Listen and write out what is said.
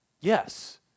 Yes